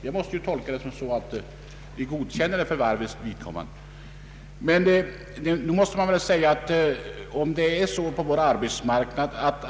Jag måste dock tolka vad som sagts på det sättet att reservanterna godkänner straffet för deras vidkommande som hyr ut arbetskraft till varven.